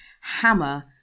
hammer